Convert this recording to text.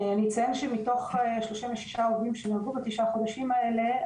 אני אציין שמתוך שלושים ושישה שנהרגו בתשעה חודשים האלה,